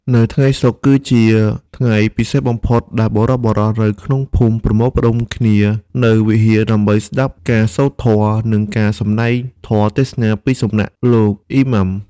នៅថ្ងៃសុក្រ គឺជាថ្ងៃពិសេសបំផុតដែលបុរសៗនៅក្នុងភូមិប្រមូលផ្តុំគ្នានៅវិហារដើម្បីស្តាប់ការសូត្រធម៌ និងការសម្តែងធម៌ទេសនាពីសំណាក់លោក អ៊ីម៉ាំ។